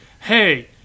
Hey